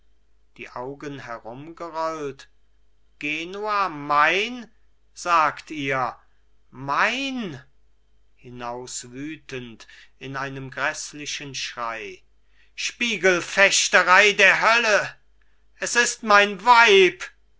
die augen herumgerollt genua mein sagt ihr mein hinauswütend in einem gräßlichen schrei spiegelfechterei der hölle es ist mein weib